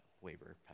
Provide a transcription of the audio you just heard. waiver